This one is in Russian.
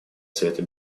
совета